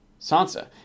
Sansa